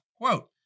Quote